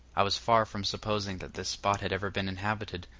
i was far from supposing that this spot had ever been inhabited,